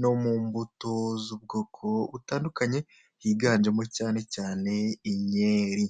no mu mbuto z'ubwoko butandukanye higanjemo cyane cyane inkeri.